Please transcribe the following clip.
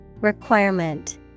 Requirement